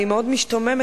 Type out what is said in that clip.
אני מאוד משתוממת,